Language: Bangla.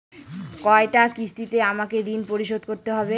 কয়টা কিস্তিতে আমাকে ঋণ পরিশোধ করতে হবে?